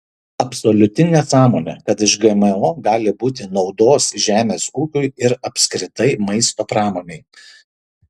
absoliuti nesąmonė kad iš gmo gali būti naudos žemės ūkiui ir apskritai maisto pramonei